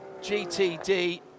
GTD